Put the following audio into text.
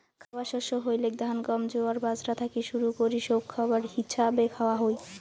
খাবার শস্য হইলেক ধান, গম, জোয়ার, বাজরা থাকি শুরু করি সৌগ খাবার হিছাবে খাওয়া হই